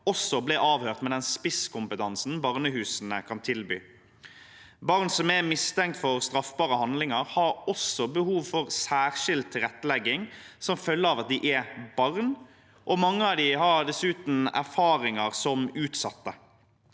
også ble avhørt med den spisskompetansen barnehusene kan tilby. Barn som er mistenkt for straffbare handlinger, har også behov for særskilt tilrettelegging som følge av at de er barn, og mange av dem har dessuten erfaringer som utsatte.